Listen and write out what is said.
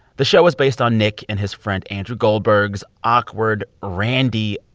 the show is based on nick and his friend andrew goldberg's awkward, randy,